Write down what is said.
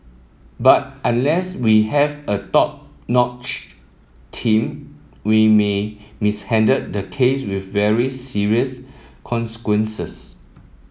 but unless we have a top notch team we may mishandle the case with very serious consequences